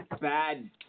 bad